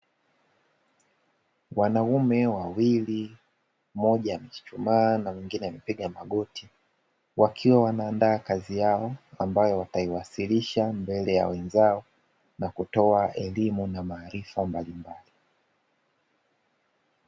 Wanaume wawili; mmoja amechuchumaa na mwingine amepiga magoti, wakiwa wanaandaa kazi yao ambayo wataiwasilisha mbele ya wenzao na kutoa elimu na maarifa mbalimbali.